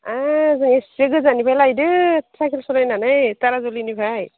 आरो जों एस्से गोजाननिफ्राय लाइदों साइकेल सलायनानै थाराजुलिनिफ्राय